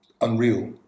unreal